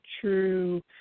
true